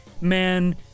man